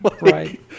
Right